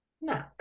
No